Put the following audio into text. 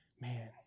man